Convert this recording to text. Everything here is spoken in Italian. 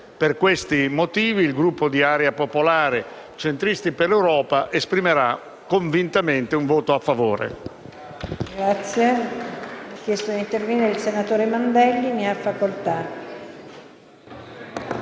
Per questi motivi, il Gruppo di Area Popolare-Centristi per l'Europa esprimerà convintamente un voto a favore.